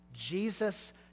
Jesus